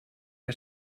que